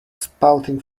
spouting